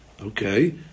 okay